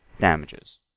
damages